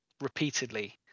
repeatedly